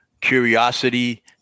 curiosity